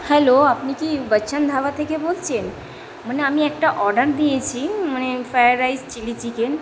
hello আপনি কি বচ্চন ধাবা থেকে বলছেন মানে আমি একটা অর্ডার দিয়েছি মানে ফ্রায়েড রাইস চিলি চিকেন